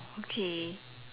okay